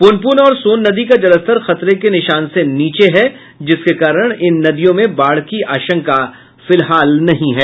प्रनपुन और सोन नदी का जलस्तर खतरे के निशान से नीचे है जिसके कारण इन नदियों में बाढ़ की आशंका फिलहाल नहीं है